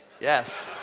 Yes